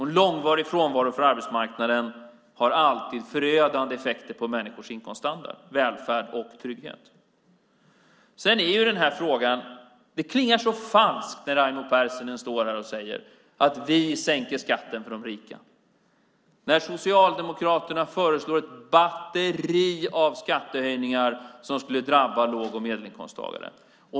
En långvarig frånvaro från arbetsmarknaden har alltid förödande effekter på människors inkomststandard, välfärd och trygghet. Det klingar så falskt när Raimo Pärssinen står här och säger att vi sänker skatten för de rika när Socialdemokraterna föreslår ett batteri av skattehöjningar som skulle drabba låg och medelinkomsttagare.